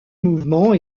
mouvement